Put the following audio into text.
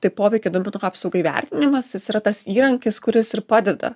tai poveikio duomenų apsaugai vertinimas jis yra tas įrankis kuris ir padeda